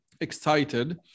excited